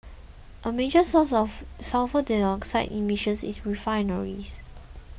a major source of sulphur dioxide emissions is refineries